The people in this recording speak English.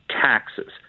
Taxes